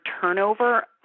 turnover